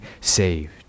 saved